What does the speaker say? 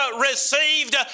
received